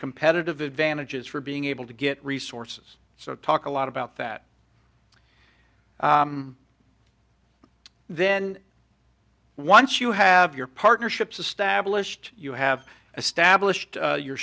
competitive advantages for being able to get resources so talk a lot about that then once you have your partnerships established you have established you